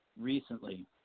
recently